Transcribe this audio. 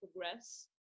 progress